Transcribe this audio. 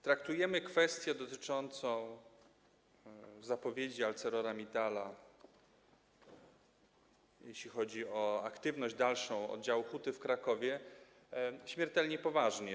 Traktujemy kwestię dotyczącą zapowiedzi ArcelorMittala, jeśli chodzi o dalszą aktywność oddziału huty w Krakowie, śmiertelnie poważnie.